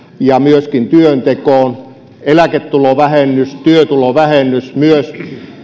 ja myöskin työntekoon eläketulovähennys työtulovähennys myös